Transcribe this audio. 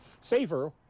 safer